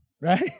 right